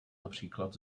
například